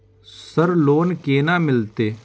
Sir loan केना मिलते?